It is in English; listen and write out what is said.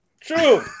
True